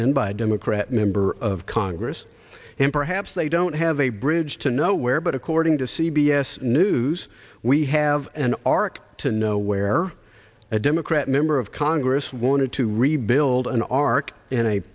in by democrat member of congress and perhaps they don't have a bridge to nowhere but according to c b s news we have an arc to nowhere a democrat member of congress wanted to rebuild an ark in a